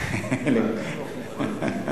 אבל אתה יכול להציע את המקור, אדוני.